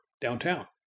downtown